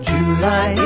July